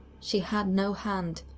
she had no hand,